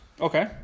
Okay